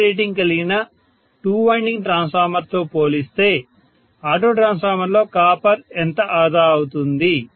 ఒకే rating కలిగిన 2 winding ట్రాన్స్ఫార్మర్తో పోలిస్తే ఆటో ట్రాన్స్ఫార్మర్లో కాపర్ ఎంత ఆదా అవుతుంది